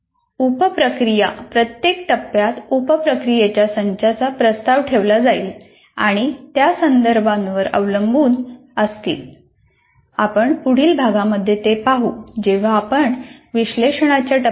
उप प्रक्रिया प्रत्येक टप्प्यात उप प्रक्रियेच्या संचाचा प्रस्ताव ठेवला जाईल आणि त्या संदर्भावर अवलंबून असतील